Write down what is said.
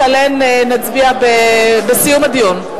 שעליהן נצביע בסיום הדיון.